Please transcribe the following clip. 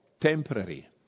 temporary